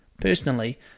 personally